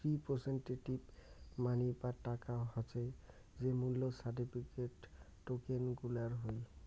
representative money বা টাকা হসে যে মূল্য সার্টিফিকেট, টোকেন গুলার হই